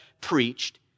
preached